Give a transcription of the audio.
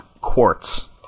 Quartz